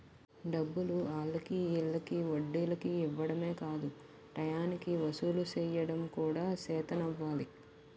డబ్బులు ఆల్లకి ఈల్లకి వడ్డీలకి ఇవ్వడమే కాదు టయానికి వసూలు సెయ్యడం కూడా సేతనవ్వాలి